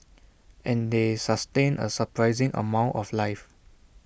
and they sustain A surprising amount of life